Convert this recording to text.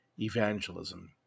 evangelism